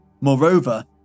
moreover